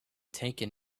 taken